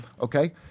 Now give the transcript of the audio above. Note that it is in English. Okay